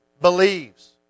believes